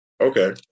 okay